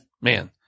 Man